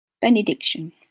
Benediction